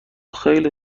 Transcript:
خیلی